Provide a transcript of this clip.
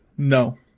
No